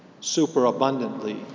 superabundantly